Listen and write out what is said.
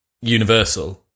universal